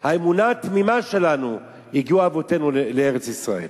האמונה התמימה שלנו, הגיעו אבותינו לארץ-ישראל.